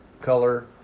color